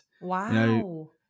wow